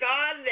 God